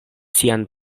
sian